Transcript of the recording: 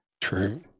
True